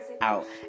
out